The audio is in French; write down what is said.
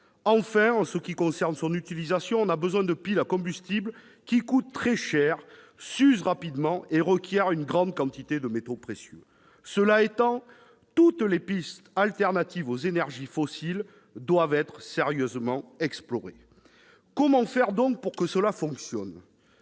Enfin, en ce qui concerne son utilisation, on a besoin de piles à combustible qui coûtent très cher, s'usent rapidement et requièrent une grande quantité de métaux précieux. Cela étant, toutes les pistes alternatives aux énergies fossiles doivent être sérieusement explorées. Comment faire pour que cela fonctionne ?